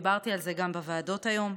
דיברתי על זה גם בוועדות היום.